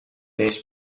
deze